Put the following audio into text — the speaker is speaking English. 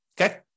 okay